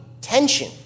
tension